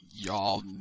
Y'all